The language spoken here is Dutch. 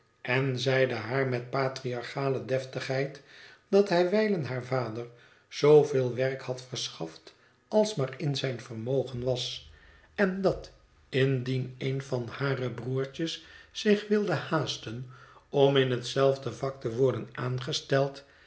en zeide haar met patriarchale deftigheid dat hij wijlen haar vader zooveel werk had verschaft als maar in zijn vermogen was en dat indien een van hare broertjes zich wilde haasten om in hetzelfde vak te worden aangesteld